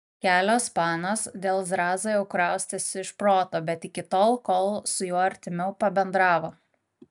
kelios panos dėl zrazo jau kraustėsi iš proto bet iki tol kol su juo artimiau pabendravo